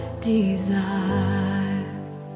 desire